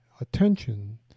attention